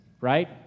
right